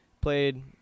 played